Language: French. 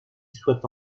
soit